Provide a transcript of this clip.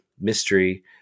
mystery